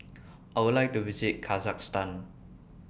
I Would like to visit Kazakhstan